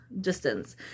distance